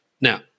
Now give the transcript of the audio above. Now